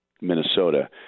Minnesota